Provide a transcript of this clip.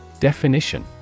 Definition